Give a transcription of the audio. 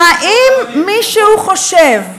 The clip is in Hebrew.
האם מישהו חושב,